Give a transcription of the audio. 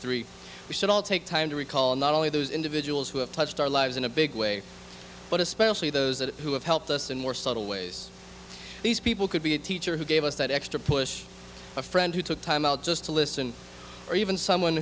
three we should all take time to recall not only those individuals who have touched our lives in a big way but especially those that who have helped us in more subtle ways these people could be a teacher who gave us that extra push a friend who took time out just to listen or even someone